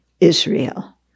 Israel